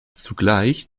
zugleich